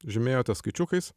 žymėjote skaičiukais